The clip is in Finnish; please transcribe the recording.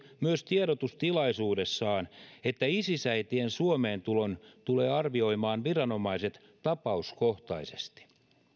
myös linjasi tiedotustilaisuudessaan että isis äitien suomeen tulon tulevat arvioimaan viranomaiset tapauskohtaisesti